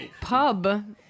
pub